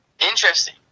Interesting